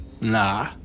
Nah